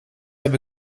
heb